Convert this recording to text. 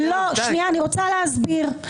שנייה, אני רוצה להסביר.